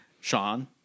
Sean